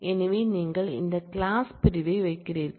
எனவே நீங்கள் இந்த கிளாஸ் பிரிவை வைக்கிறீர்கள்